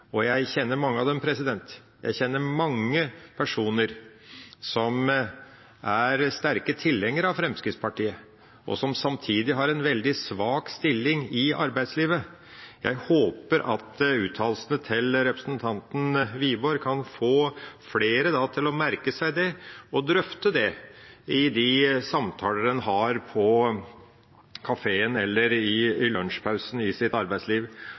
Jeg kjenner mange av dem, jeg kjenner mange personer som er sterke tilhengere av Fremskrittspartiet, og som samtidig har en veldig svak stilling i arbeidslivet. Jeg håper at uttalelsene til representanten Wiborg kan få flere til å merke seg dette og drøfte i de samtaler en har på kafeen eller i lunsjpausen i sitt arbeidsliv,